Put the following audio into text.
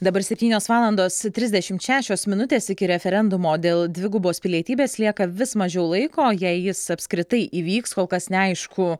dabar septynios valandos trisdešimt šešios minutės iki referendumo dėl dvigubos pilietybės lieka vis mažiau laiko jei jis apskritai įvyks kol kas neaišku